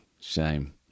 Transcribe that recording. Shame